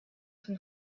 von